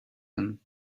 them